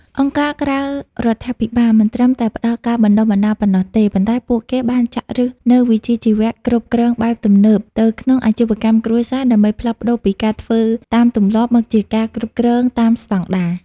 អង្គការក្រៅរដ្ឋាភិបាលមិនត្រឹមតែផ្ដល់ការបណ្ដុះបណ្ដាលប៉ុណ្ណោះទេ ប៉ុន្តែពួកគេបានចាក់ឫសនូវវិជ្ជាជីវៈគ្រប់គ្រងបែបទំនើបទៅក្នុងអាជីវកម្មគ្រួសារ ដើម្បីផ្លាស់ប្តូរពីការធ្វើតាមទម្លាប់ មកជាការគ្រប់គ្រងតាមស្ដង់ដារ។